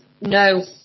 No